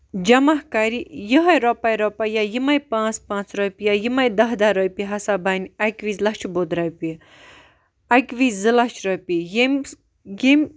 جَمع کَرِ یِہاے رۄپے رۄپے یا یِماے پانژھ پانژھ رۄپیہِ یا یِماے دَہ دَہ رۄپیہِ ہَسا بَنہِ اَکھ وِز لَچھہٕ بوٚد رۄپیہِ اَکہِ وِز زٕ لَچھ رۄپیہِ یِم یِم